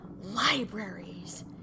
libraries